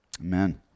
Amen